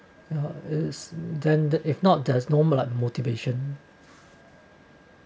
then that if not there's normal like motivation